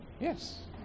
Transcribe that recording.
Yes